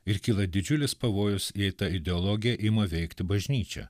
ir kyla didžiulis pavojus jei ta ideologija ima veikti bažnyčią